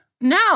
No